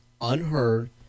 unheard